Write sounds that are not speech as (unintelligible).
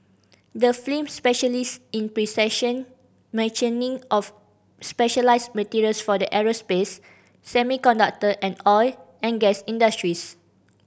the (unintelligible) specialises in precision machining of specialised materials for the aerospace semiconductor and oil and gas industries